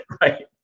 Right